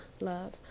love